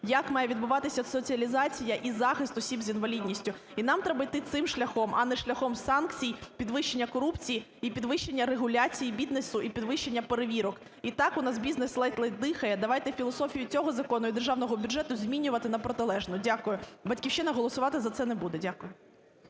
як має відбуватися соціалізація і захист осіб з інвалідністю. І нам треба йти цим шляхом, а не шляхом санкцій, підвищення корупції і підвищення регуляції бізнесу і підвищення перевірок. І так у нас бізнес ледь-ледь дихає, давайте філософію цього закону і державного бюджету змінювати на протилежну. Дякую. "Батьківщина" голосувати за це не буде. Дякую.